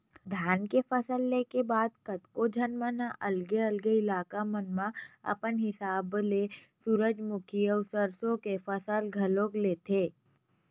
धान के फसल ले के बाद कतको झन मन अलगे अलगे इलाका मन म अपन हिसाब ले सूरजमुखी अउ सरसो के फसल घलोक लेथे